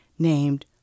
named